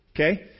Okay